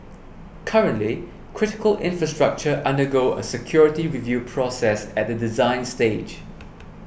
currently critical infrastructure undergo a security review process at the design stage